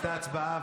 הייתה הצבעה,